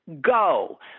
go